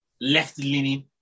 left-leaning